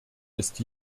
ist